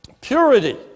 purity